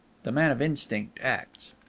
the man of instinct acts.